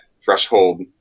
threshold